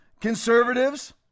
conservatives